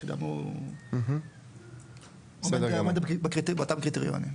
שגם הוא עומד באותם קריטריונים.